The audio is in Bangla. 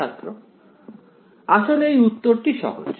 ছাত্র আসলে এই উত্তরটি সহজ